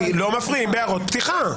די, לא מפריעים בהערות פתיחה.